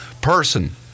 person